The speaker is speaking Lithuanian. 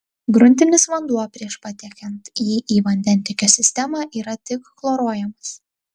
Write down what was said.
gruntinis vanduo prieš patiekiant jį į vandentiekio sistemą yra tik chloruojamas